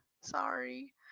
sorry